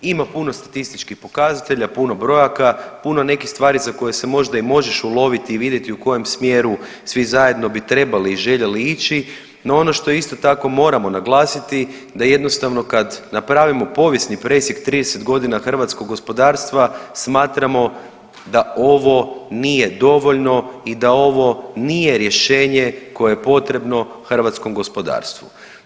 Ima puno statističkih pokazatelja, puno brojaka, puno nekih stvari za koje se možda i možeš uloviti i vidjeti u kojem smjeru svi zajedno bi trebali i željeli ići, no ono što isto tako moramo naglasiti da jednostavno kad napravimo povijesni presjek 30 godina hrvatskog gospodarstva smatramo da ovo nije dovoljno i da ovo nije rješenje koje je potrebno hrvatskom gospodarstvu.